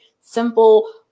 simple